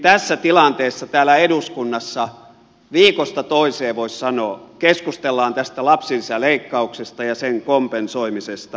tässä tilanteessa täällä eduskunnassa viikosta toiseen voisi sanoa keskustellaan tästä lapsilisäleikkauksesta ja sen kompensoimisesta